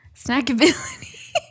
Snackability